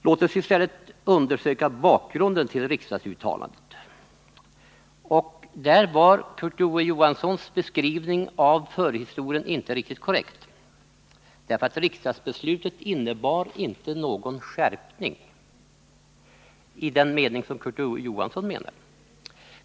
Låt oss i stället undersöka bakgrunden till riksdagsuttalandet. Kurt Ove Johanssons beskrivning av förhistorien var nämligen inte riktigt korrekt. Riksdagsbeslutet innebar inte någon skärpning, som Kurt Ove Johansson menar.